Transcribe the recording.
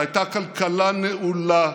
שהייתה כלכלה נעולה,